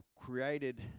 created